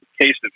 cases